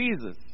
Jesus